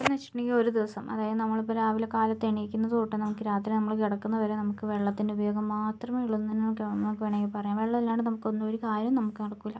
വച്ചിട്ടുണ്ടെങ്കിൽ ഒരു ദിവസം അതായത് നമ്മള് ഇപ്പം രാവിലെ കാലത്ത് എണീക്കുന്നത് തൊട്ട് നമുക്ക് രാത്രി നമ്മള് കിടക്കുന്നത് വരെ നമുക്ക് വെള്ളത്തിന്റെ ഉപയോഗം മാത്രമേ ഉള്ളൂ എന്ന് തന്നെ നമുക്ക് വേണമെങ്കിൽ പറയാം വെള്ളമില്ലാണ്ട് നമുക്ക് ഒന്നും ഒരു കാര്യവും നമുക്ക് നടക്കൂല